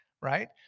right